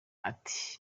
ati